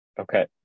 Okay